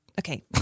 Okay